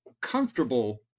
comfortable